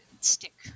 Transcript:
stick